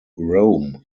rome